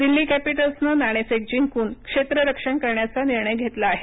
दिल्ली कॅपिटल्सनं नाणेफेक जिंकून क्षेत्ररक्षण करण्याचा निर्णय घेतला आहे